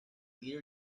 ear